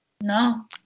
No